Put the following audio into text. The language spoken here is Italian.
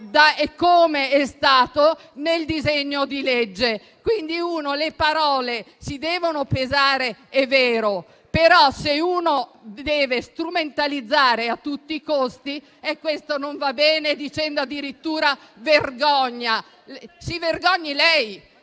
proposto nel disegno di legge. Quindi, le parole si devono pesare, è vero, ma se si deve strumentalizzare a tutti i costi, questo non va bene, dicendo addirittura "vergogna". Si vergogni lei